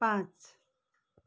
पाँच